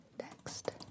next